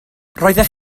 roeddech